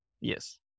Yes